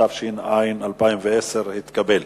התש"ע 2010, נתקבלה.